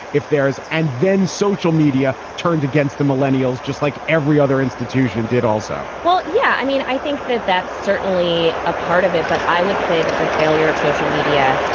if there is. and then social media turned against the millennials just like every other institution did also well, yeah, i mean, i think that that's certainly a part of it. but i would say that the failure of social media.